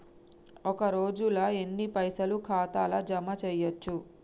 ఒక రోజుల ఎన్ని పైసల్ ఖాతా ల జమ చేయచ్చు?